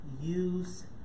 use